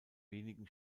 wenigen